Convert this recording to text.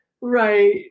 Right